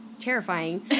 terrifying